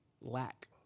lack